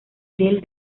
del